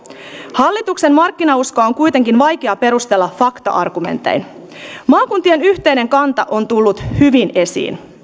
hallituksen markkinauskoa on kuitenkin vaikea perustella fakta argumentein maakuntien yhteinen kanta on tullut hyvin esiin